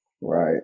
right